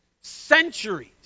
Centuries